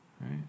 Right